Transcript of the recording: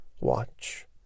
watch